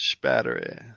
Battery